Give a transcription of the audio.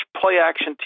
play-action